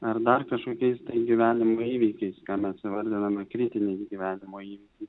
ar dar kažkokiais tai gyvenimo įvykiais ką mes įvardiname kritiniais gyvenimo įvykiais